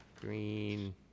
Green